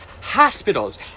hospitals